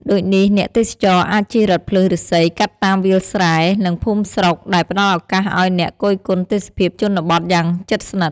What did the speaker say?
ដូចនេះអ្នកទេសចរអាចជិះរថភ្លើងឫស្សីកាត់តាមវាលស្រែ និងភូមិស្រុក ដែលផ្តល់ឱកាសឱ្យអ្នកគយគន់ទេសភាពជនបទយ៉ាងជិតស្និទ្ធ។